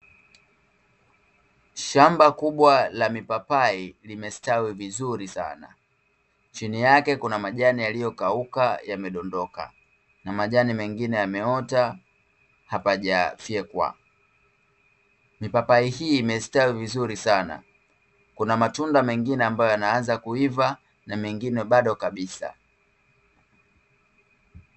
Shamba kubwa la mipapai limesitawi vizuri sana. Chini yake kuna majani yaliyokauka yamedondoka, na majani mengine yameota, hapajafyekwa. Mipapai hii imestawi vizuri sana, kuna matunda mengine ambayo yanaanza kuiva na mengine bado kabisa.